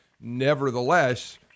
Nevertheless